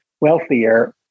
wealthier